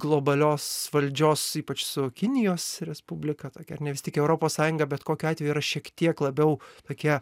globalios valdžios ypač su kinijos respublika tokia ar ne vis tik europos sąjunga bet kokiu atveju yra šiek tiek labiau tokie